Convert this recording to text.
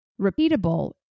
repeatable